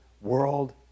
world